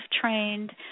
trained